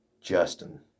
Justin